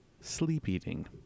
sleep-eating